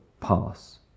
pass